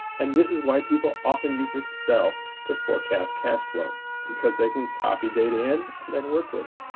and this is why people often use excel to forecast cashflow because they can copy data in and then work with it.